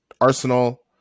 Arsenal